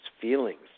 feelings